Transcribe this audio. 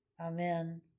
Amen